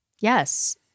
Yes